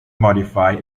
modify